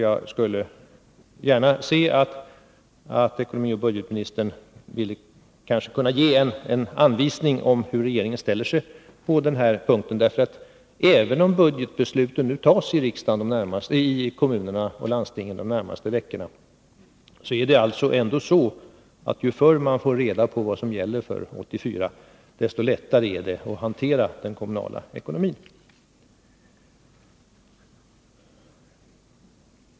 Jag skulle gärna se att ekonomioch budgetministern gav en anvisning om hur regeringen ställer sig på den här punkten. Även om budgetbesluten nu kommer att tas i kommunerna och landstingen under de närmaste veckorna, är det ändå så att ju förr man får reda på vad som gäller för 1984, desto lättare är det att hantera den kommunala ekonomin.